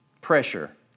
Pressure